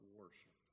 worship